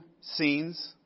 scenes